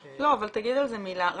לא, אגבל תגיד על זה מילה.